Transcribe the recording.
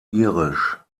irisch